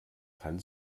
kann